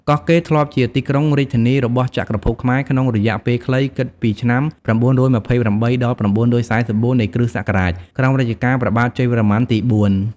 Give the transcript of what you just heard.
កោះកេរធ្លាប់ជាទីក្រុងរាជធានីរបស់ចក្រភពខ្មែរក្នុងរយៈពេលខ្លី គិតពីឆ្នាំ ៩២៨ ដល់ ៩៤៤ នៃគ.ស. ក្រោមរជ្ជកាលព្រះបាទជ័យវរ្ម័នទី ៤។